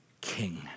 king